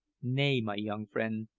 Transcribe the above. nay, my young friend,